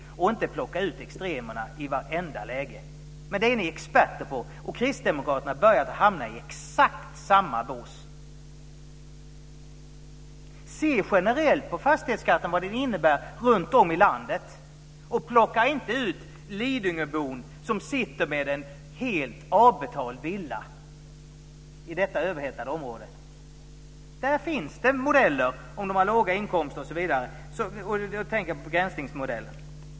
Man kan inte plocka ut extremerna i vartenda läge. Men det är ni experter på, och kristdemokraterna har börjar hamna i exakt samma bås. Se generellt på vad fastighetsskatten innebär runtom i landet och plocka inte ut lidingöbon som sitter med en helt avbetald villa i detta överhettade område! Om man har låga inkomster finns det modeller, och då tänker jag på begränsningsmodellen.